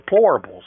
deplorables